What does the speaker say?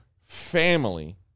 family